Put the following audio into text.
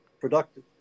productive